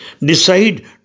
Decide